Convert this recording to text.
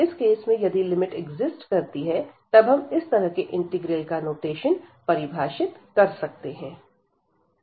इस केस में यदि लिमिट एक्जिस्ट करती है तब हम इस तरह के इंटीग्रल का नोटेशन परिभाषित कर सकते हैं